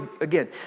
again